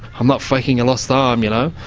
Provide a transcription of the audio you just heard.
i'm not faking a lost arm, you know?